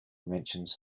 mentions